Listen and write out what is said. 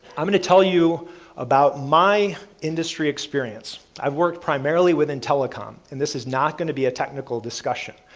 i'm going to tell you about my industry experience. i've worked primarily within telecom and this is not going to be a technical discussion.